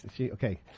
Okay